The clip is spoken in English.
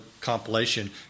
compilation